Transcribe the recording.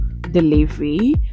delivery